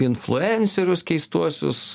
influencerius keistuosius